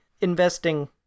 investing